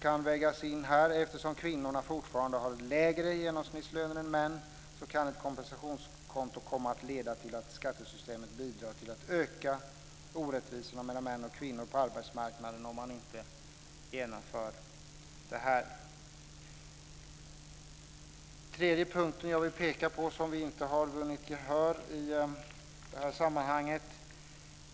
Kvinnorna har ju fortfarande lägre genomsnittslöner än män. Ett kompensationskonto kan leda till att skattesystemet bidrar till att öka orättvisorna mellan män och kvinnor på arbetsmarknaden om man inte genomför detta. Den tredje punkten som jag vill peka på som vi inte har vunnit gehör för gäller ett avdrag